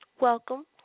welcome